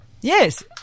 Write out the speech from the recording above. yes